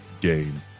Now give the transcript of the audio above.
game